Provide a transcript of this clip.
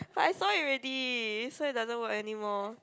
but I saw it already so it doesn't work anymore